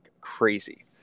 crazy